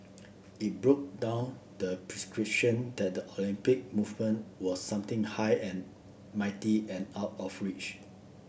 it broke down the that the Olympic movement were something high and mighty and out of reach